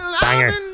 Banger